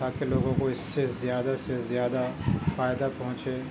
تاکہ لوگوں کو اس سے زیادہ سے زیادہ فائدہ پہنچے